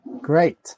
great